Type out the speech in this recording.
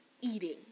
eating